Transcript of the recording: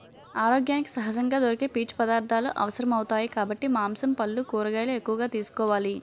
ఆరోగ్యానికి సహజంగా దొరికే పీచు పదార్థాలు అవసరమౌతాయి కాబట్టి మాంసం, పల్లు, కూరగాయలు ఎక్కువగా తీసుకోవాలి